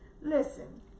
Listen